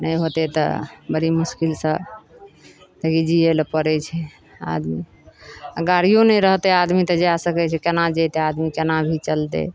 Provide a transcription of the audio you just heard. नहि होयतै तऽ बड़ी मुश्किलसँ ई जियै लए पड़ै छै आदमी आ गाड़ियो नहि रहतै आदमी तऽ जा सकै छै केना जैतै आदमी केना भी चलतै